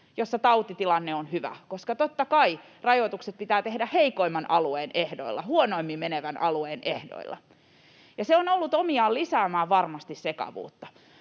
jossa tautitilanne on hyvä, koska totta kai rajoitukset pitää tehdä heikoimman alueen ehdoilla, sen alueen ehdoilla, jolla menee huonoimmin. Ja se on ollut omiaan lisäämään varmasti sekavuutta: